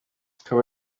ikaba